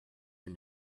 you